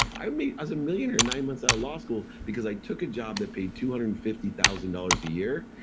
i um was a millionaire nine months out of law school, because i took a job that paid two hundred and fifty thousand dollars a year,